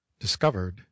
Discovered